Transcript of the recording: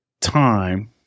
time